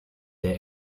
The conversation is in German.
der